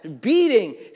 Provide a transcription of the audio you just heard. beating